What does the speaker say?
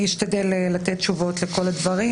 אני אשתדל לתת תשובות לכל הדברים,